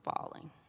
falling